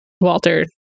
Walter